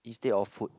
instead of food